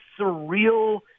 surreal